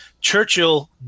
Churchill